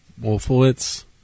Wolfowitz